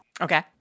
Okay